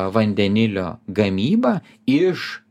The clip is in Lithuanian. vandenilio gamybą iš